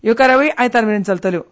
ह्यो कार्यावळी आयतार मेरेन चलतल्यो